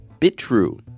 BitTrue